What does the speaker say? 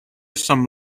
some